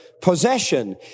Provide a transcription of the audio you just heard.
possession